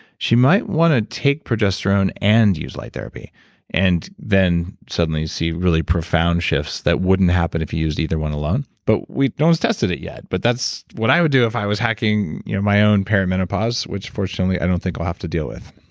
she might want to take progesterone and use light therapy and then suddenly see really profound shifts that wouldn't happen if you used either one alone. but no one's tested it yet. but that's what i would do if i was hacking you know my own perimenopause, which fortunately i don't think i'll have to deal with